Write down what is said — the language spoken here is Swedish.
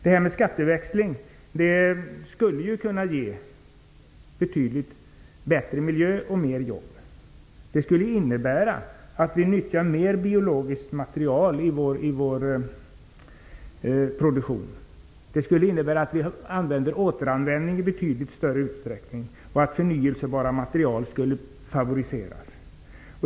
En skatteväxling skulle kunna ge betydligt bättre miljö och mer jobb. Den skulle medföra att vi nyttjade mer av biologiskt material i vår produktion, att vi nyttjade återanvändning i betydligt större utsträckning och att förnyelsebara material skulle favoriseras.